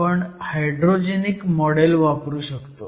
आपण hydrogenic model वापरू शकतो